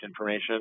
information